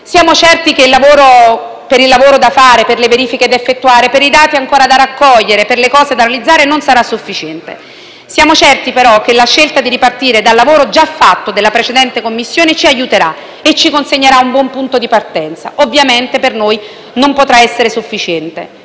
Siamo certi che per il lavoro da fare, per le verifiche da effettuare, per i dati ancora da raccogliere, per le cose da realizzare non sarà sufficiente. Siamo certi, però, che la scelta di ripartire dal lavoro già fatto dalla precedente Commissione ci aiuterà e ci consegnerà un buon punto di partenza, ma ovviamente per noi non potrà essere sufficiente.